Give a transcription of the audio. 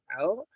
out